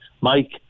Mike